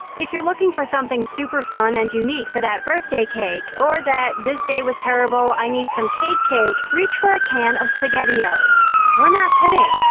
if you're looking for something super fun and unique for that birthday cake or that this day was terrible, i need some cake cake reach for a can of spaghettios. we're not kidding.